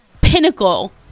pinnacle